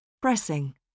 Pressing